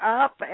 up